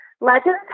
Legend's